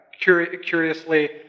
curiously